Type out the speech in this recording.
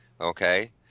Okay